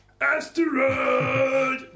Asteroid